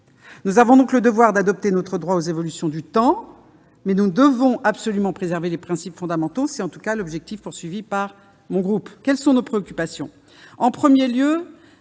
Nous avons donc le devoir d'adapter notre droit aux évolutions du temps, mais nous devons absolument en préserver les principes fondamentaux. C'est l'objectif visé par mon groupe. Quelles sont nos préoccupations ? En premier lieu,